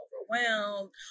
overwhelmed